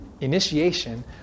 initiation